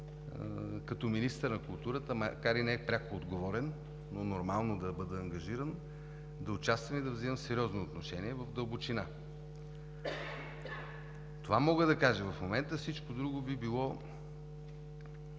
като министър на културата, макар и не пряко отговорен, но е нормално да бъда ангажиран, да участвам и да взимам сериозно отношение, в дълбочина. Това мога да кажа. В момента всичко друго би било,